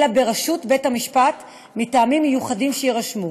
אלא ברשות בית-המשפט, מטעמים מיוחדים, שיירשמו.